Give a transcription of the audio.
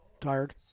Tired